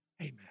Amen